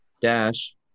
dash